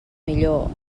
millor